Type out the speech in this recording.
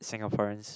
Singaporeans